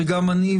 וגם אני,